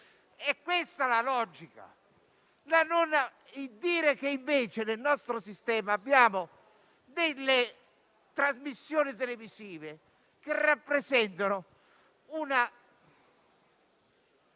è questa la logica. Al contrario, nel nostro sistema abbiamo delle trasmissioni televisive che rappresentano una